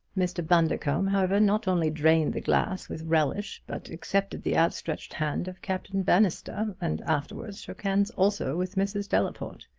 mr. bundercombe, however, not only drained the glass with relish but accepted the outstretched hand of captain bannister and afterward shook hands also with mrs. delaporte.